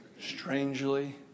strangely